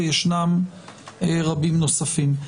וישנם רבים נוספים.